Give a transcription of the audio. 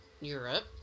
Europe